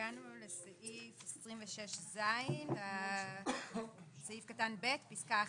הגענו לסעיף 26ז, סעיף קטן (ב), פסקה (1),